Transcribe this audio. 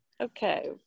okay